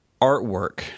artwork